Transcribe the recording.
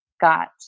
got